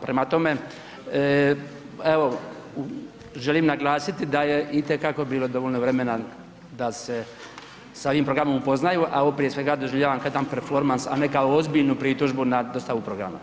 Prema tome, evo želim naglasiti da je itekako bilo dovoljno vremena da se sa ovim programom upoznaju, a ovo prije svega doživljavam kao jedan performans, a ne kao ozbiljnu pritužbu na dostavu programa.